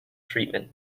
treatment